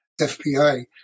FBI